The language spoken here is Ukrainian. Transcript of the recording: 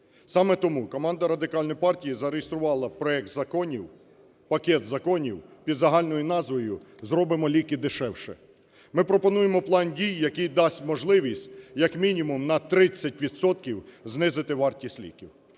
Саме тому, команда Радикальної партії зареєструвала проект законів, пакет законів під загальною назвою "Зробимо ліки дешевше". Ми пропонуємо план дій, який дасть можливість як мінімум на 30 відсотків знизити вартість ліків.